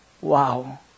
Wow